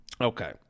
okay